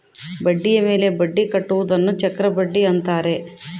ಬಡ್ಡಿಯ ಮೇಲೆ ಬಡ್ಡಿ ಕಟ್ಟುವುದನ್ನ ಚಕ್ರಬಡ್ಡಿ ಅಂತಾರೆ